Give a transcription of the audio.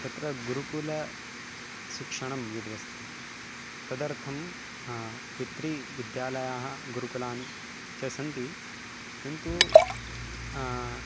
तत्र गुरुकुलशिक्षणं यदस्ति तदर्थं द्वित्रीविद्यालयाः गुरुकुलानि च सन्ति किन्तु